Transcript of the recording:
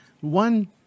One